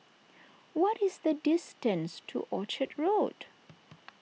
what is the distance to Orchard Road